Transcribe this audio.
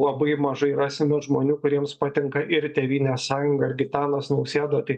labai mažai rasime žmonių kuriems patinka ir tėvynės sąjunga ir gitanas nausėda tai